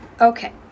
Okay